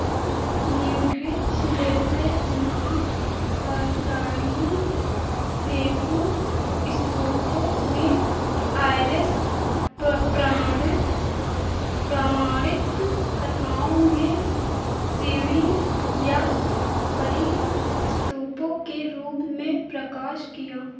न्यूक्रिच जैसे महा पसारीयों सेपू स्तोपो नें आयरस प प्रांरिस प्रमाणित कथाओं में सिढ़ी या परी स्तूपों के रूप में प्रकाश किया